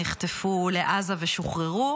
נחטפו לעזה ושוחררו,